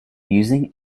using